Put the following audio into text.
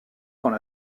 quand